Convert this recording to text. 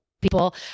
people